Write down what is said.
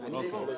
רביזיה.